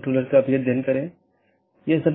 अनुसरण कर रहे हैं